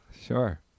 Sure